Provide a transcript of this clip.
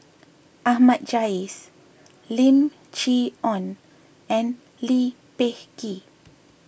Ahmad Jais Lim Chee Onn and Lee Peh Gee